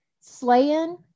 slaying